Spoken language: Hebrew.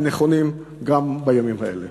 הם נכונים גם בימים אלה.